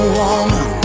woman